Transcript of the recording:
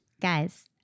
Guys